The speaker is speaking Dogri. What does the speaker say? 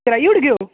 कराई ओड़गे ओ